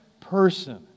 person